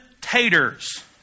taters